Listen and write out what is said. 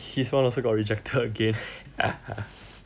his [one] also got rejected again